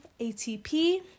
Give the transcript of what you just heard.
ATP